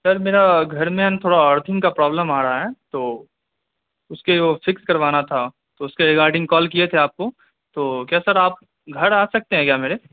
سر میرا گھر میں تھوڑا ارتھنگ کا پرابلم آ رہا ہے تو اس کے وہ فکس کروانا تھا تو اس کے ریگارڈنگ کال کیے تھے آپ کو تو کیا سر آپ گھر آ سکتے ہیں کیا میرے